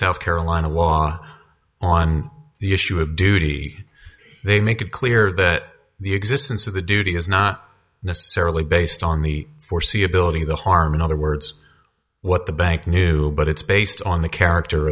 south carolina law on the issue of duty they make it clear that the existence of the duty is not necessarily based on the foreseeability of the harm in other words what the bank knew but it's based on the character